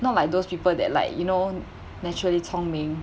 not like those people that like you know naturally 聪明